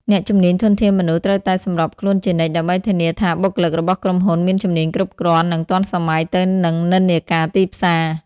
អ្នកជំនាញធនធានមនុស្ស ត្រូវតែសម្របខ្លួនជានិច្ច ដើម្បីធានាថាបុគ្គលិករបស់ក្រុមហ៊ុនមានជំនាញគ្រប់គ្រាន់ និងទាន់សម័យទៅនឹងនិន្នាការទីផ្សារ។